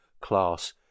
class